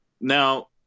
Now